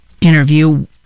interview